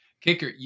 Kicker